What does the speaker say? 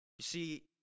see